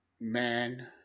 man